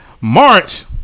March